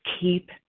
keep